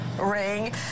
ring